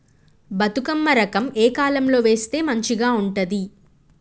బతుకమ్మ రకం ఏ కాలం లో వేస్తే మంచిగా ఉంటది?